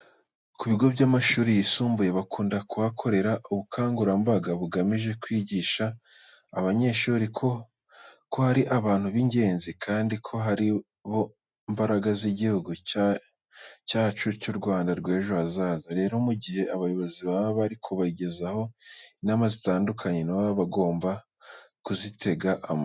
Ku bigo by'amashuri yisumbuye bakunda kuhakorera ubukangurambaga bugamije kwigisha abanyeshuri ko ari abantu b'ingenzi kandi ko ari bo mbaraga z'Igihugu cyacu cy'u Rwanda rw'ejo hazaza. Rero mu gihe abayobozi baba bari kubagezaho inama zitandukanye, na bo baba bagomba kuzitegera amatwi.